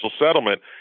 settlement